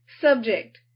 subject